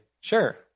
sure